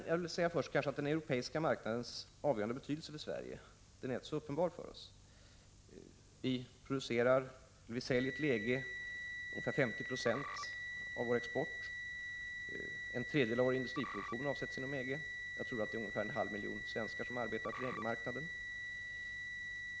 Först vill jag säga att den europeiska marknadens avgörande betydelse för Sverige inte är så uppenbar för oss. Ungefär 50 90 av vår export går till EG-länderna, och en tredjedel av vår industriproduktion avsätts inom EG-området, jag tror att ungefär en halv miljon svenskar arbetar för EG-marknaden.